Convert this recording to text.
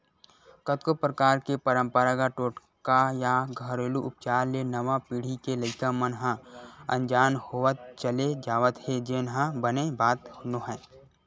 कतको परकार के पंरपरागत टोटका या घेरलू उपचार ले नवा पीढ़ी के लइका मन ह अनजान होवत चले जावत हे जेन ह बने बात नोहय